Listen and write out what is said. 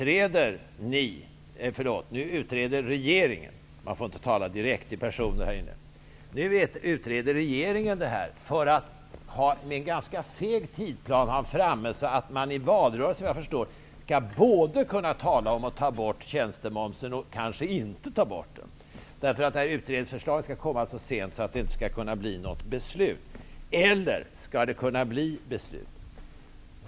Regeringen utreder nu frågan för att man -- såvitt jag förstår -- med en ganska feg tidsplan i valrörelsen skall kunna tala både om att ta bort tjänstemomsen och om att kanske inte göra det. Utredningsförslaget skall komma så sent att det inte kan bli något beslut, eller också blir det ett beslut.